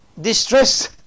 distress